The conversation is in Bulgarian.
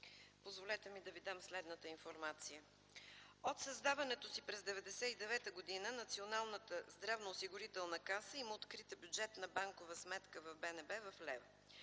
позволете ми да Ви дам следната информация. От създаването си през 1999 г. Националната здравноосигурителна каса има открита бюджетна банкова сметка в БНБ в лева.